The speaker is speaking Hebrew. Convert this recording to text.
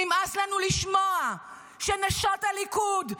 נמאס לנו לשמוע שנשות הליכוד,